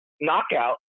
knockout